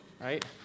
right